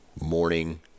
morning